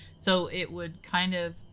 so it would kind of.